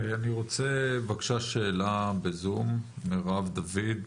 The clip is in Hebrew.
אני רוצה שאלה בזום של מירב דוד,